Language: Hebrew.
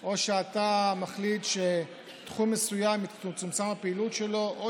או כשאתה מחליט שתחום מסוים תצומצם הפעילות שלו או